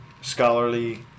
scholarly